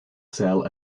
cell